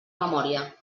memòria